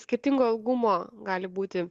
skirtingo ilgumo gali būti